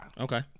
Okay